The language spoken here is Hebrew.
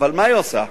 אבל מה היא עושה?